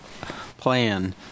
plan